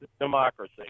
democracy